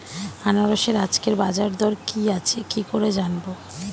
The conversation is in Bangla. আনারসের আজকের বাজার দর কি আছে কি করে জানবো?